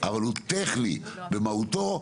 אבל הוא טכני במהותו.